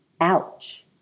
Ouch